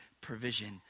provision